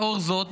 לאור זאת,